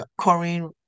Corrine